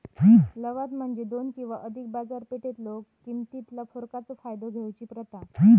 लवाद म्हणजे दोन किंवा अधिक बाजारपेठेतलो किमतीतला फरकाचो फायदा घेऊची प्रथा